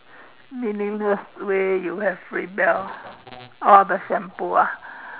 meaningless way you have rebel orh the shampoo ah